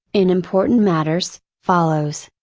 in important matters, follows.